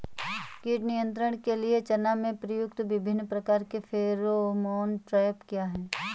कीट नियंत्रण के लिए चना में प्रयुक्त विभिन्न प्रकार के फेरोमोन ट्रैप क्या है?